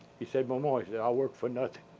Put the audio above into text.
he said, ma ma, ah yeah i'll work for nothing